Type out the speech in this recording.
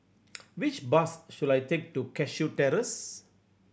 which bus should I take to Cashew Terrace